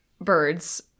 birds